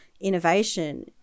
innovation